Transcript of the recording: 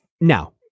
Now